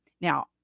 Now